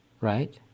right